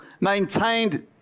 maintained